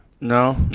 No